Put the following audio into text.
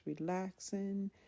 relaxing